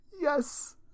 yes